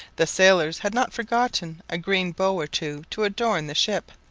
the sailors had not forgotten a green bough or two to adorn the ship,